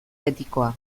betikoa